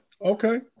Okay